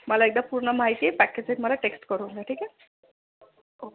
मला एकदा पूर्ण माहिती पॅकेजसहित मला टेक्स्ट करून द्या ठीक आहे ओके